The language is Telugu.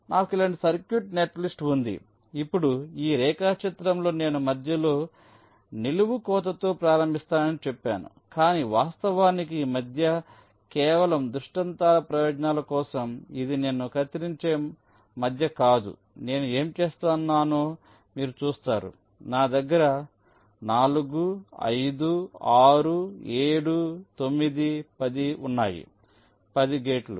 నాకు ఇలాంటి సర్క్యూట్ నెట్లిస్ట్ ఉంది ఇప్పుడు ఈ రేఖాచిత్రంలో నేను మధ్యలో నిలువు కోతతో ప్రారంభిస్తానని చెప్పాను కానీ వాస్తవానికి ఈ మధ్య కేవలం దృష్టాంతాల ప్రయోజనాల కోసం ఇది నేను కత్తిరించే మధ్య కాదు నేను ఏమి చేస్తున్నానో మీరు చూస్తారునా దగ్గర 4 5 6 7 9 10 ఉన్నాయి 10 గేట్లు